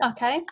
Okay